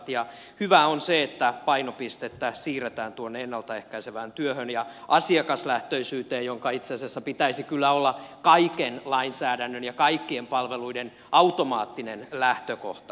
ja hyvää on se että painopistettä siirretään tuonne ennalta ehkäisevään työhön ja asiakaslähtöisyyteen jonka itse asiassa pitäisi kyllä olla kaiken lainsäädännön ja kaikkien palveluiden automaattinen lähtökohta